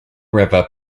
river